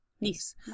niece